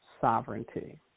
sovereignty